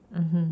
mmhmm